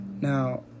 Now